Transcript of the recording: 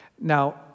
Now